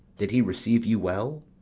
did he receive you well?